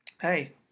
hey